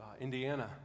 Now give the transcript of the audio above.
Indiana